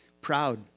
proud